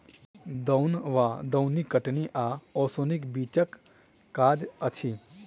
दौन वा दौनी कटनी आ ओसौनीक बीचक काज अछि